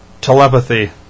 telepathy